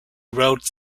wrote